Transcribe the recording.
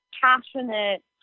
passionate